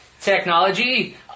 technology